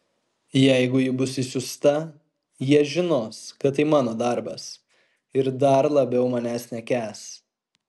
jeigu ji bus išsiųsta jie žinos kad tai mano darbas ir dar labiau manęs nekęs